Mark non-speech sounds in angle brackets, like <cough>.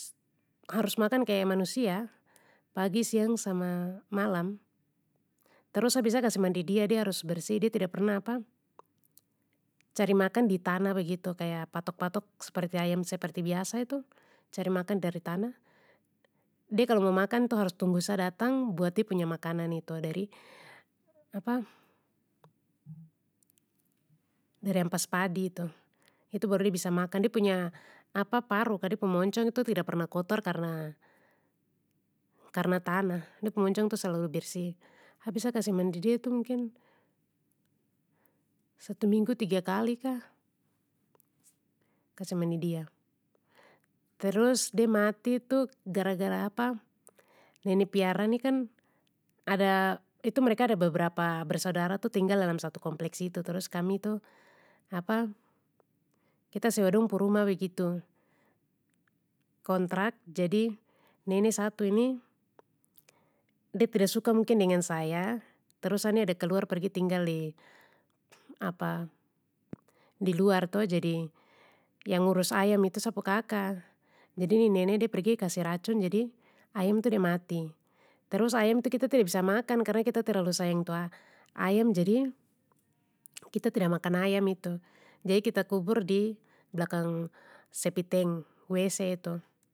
Harus makan kaya manusia, pagi siang sama malam, terus sa biasa kasih mandi dia de harus bersih de tida pernah <hesitation> cari makan di tanah begitu kaya patok patok seperti ayam seperti biasa itu, cari makan dari tanah. De kalo mo makan tu harus tunggu sa datang buat de punya makanan tu dari <hesitation> dari ampas padi itu, itu baru de bisa makan de punya <hesitation> paru kah dep moncong itu tida pernah kotor karna, karna tanah, de moncong selalu bersih, ha biasa kasih mandi dia itu mungkin satu minggu tiga kali kah. Kasih mandi dia. Terus de mati tu gara gara <hesitation> nene piara ini kan, ada, itu mereka ada beberapa bersaudara tu tinggal dalam satu kompleks itu trus kami tu <hesitation> kita sewa dong pu rumah begitu, kontrak jadi, nene satu ini, de tida suka mungkin dengan saya, trus sa ni ada keluar pergi tinggal <hesitation> di luar to jadi yang urus ayam itu sa pu kaka jadi ni nene de pergi kasih racun jadi ayam tu de mati, terus ayam itu kita tida bisa makan karna kita terlalu sayang tu ayam jadi kita tida makan ayam itu, jadi kita kubur di blakang sepiteng wc itu.